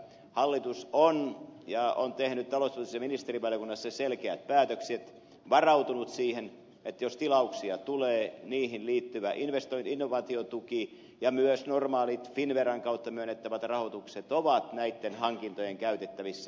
hallitus on tehnyt talouspoliittisessa ministerivaliokunnassa selkeät päätökset varautunut siihen että jos tilauksia tulee niihin liittyvä innovaatiotuki ja myös normaalit finnveran kautta myönnettävät rahoitukset ovat näitten hankintojen käytettävissä